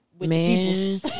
Man